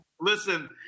listen